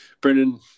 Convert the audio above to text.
Brendan